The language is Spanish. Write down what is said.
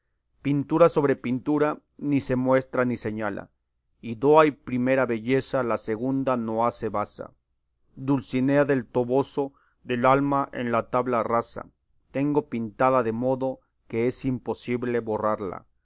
pintura sobre pintura ni se muestra ni señala y do hay primera belleza la segunda no hace baza dulcinea del toboso del alma en la tabla rasa tengo pintada de modo que es imposible borrarla